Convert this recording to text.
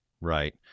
right